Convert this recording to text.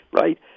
right